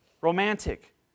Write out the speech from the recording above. romantic